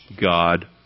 God